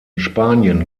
spanien